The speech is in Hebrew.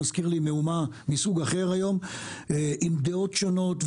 עם דעות שונות,